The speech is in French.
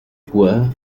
bois